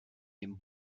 dem